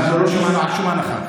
אנחנו לא שמענו על שום הנחה.